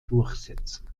durchsetzen